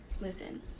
listen